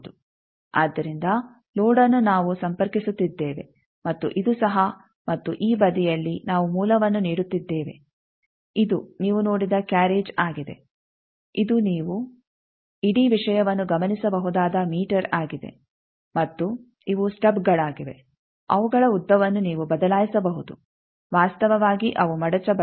ಆದ್ದರಿಂದ ಲೋಡ್ಅನ್ನು ನಾವು ಸಂಪರ್ಕಿಸುತ್ತಿದ್ದೇವೆ ಮತ್ತು ಇದು ಸಹ ಮತ್ತು ಈ ಬದಿಯಲ್ಲಿ ನಾವು ಮೂಲವನ್ನು ನೀಡುತ್ತಿದ್ದೇವೆ ಇದು ನೀವು ನೋಡಿದ ಕ್ಯಾರ್ರೇಜ್ ಆಗಿದೆ ಇದು ನೀವು ಇಡೀ ವಿಷಯವನ್ನು ಗಮನಿಸಬಹುದಾದ ಮೀಟರ್ ಆಗಿದೆ ಮತ್ತು ಇವು ಸ್ಟಬ್ಗಳಾಗಿವೆ ಅವುಗಳ ಉದ್ದವನ್ನು ನೀವು ಬದಲಾಯಿಸಬಹುದು ವಾಸ್ತವವಾಗಿ ಅವು ಮಡಚಬಲ್ಲವು